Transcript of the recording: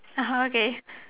(uh huh) okay